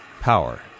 power